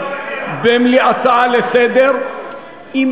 אם היא הצעה לסדר-היום,